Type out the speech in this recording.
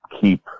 keep